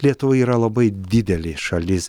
lietuva yra labai didelė šalis